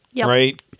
right